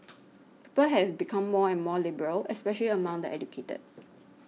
people have become more and more liberal especially among the educated